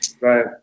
Right